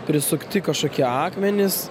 prisukti kažkokie akmenys